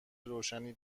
روشنی